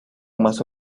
más